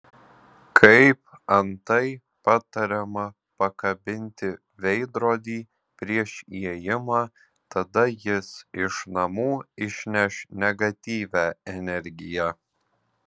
kaip antai patariama pakabinti veidrodį prieš įėjimą tada jis iš namų išneš negatyvią energiją